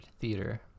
theater